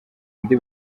undi